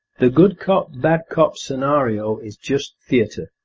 the good cop, bad cop scenario is just theatre,